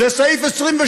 זה סעיף 22